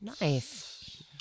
Nice